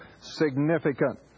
significant